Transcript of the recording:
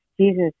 Jesus